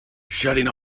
shutting